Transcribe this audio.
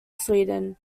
sweden